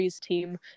team